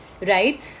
right